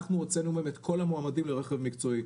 אנחנו הוצאנו מהם את כל המועמדים לרכב מקצועי,